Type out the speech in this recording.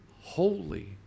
holy